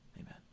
Amen